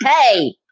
Hey